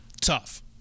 tough